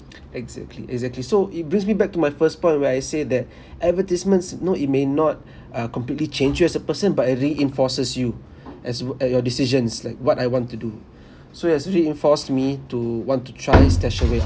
exactly exactly so it brings me back to my first point where I say that advertisements no it may not uh completely changes a person but it reinforces you as were at your decisions like what I want to do so it has reinforced me to want to try stashaway out